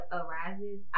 arises